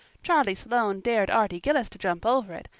charlie sloane dared arty gillis to jump over it,